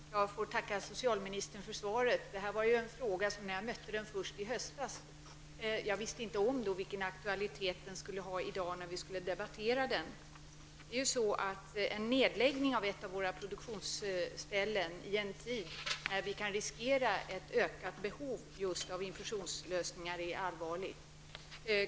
Herr talman! Jag får tacka socialministern för svaret. Detta är en fråga som jag mötte först i höstas. Jag visste då inte om vilken aktualitet den skulle ha i dag när vi skall debattera denna. En nedläggning av ett av våra produktionsställen i en tid då vi kan riskera ett ökat behov av infusionslösningar är allvarlig.